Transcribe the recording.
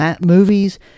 movies